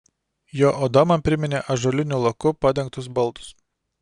jo oda man priminė ąžuoliniu laku padengtus baldus